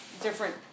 different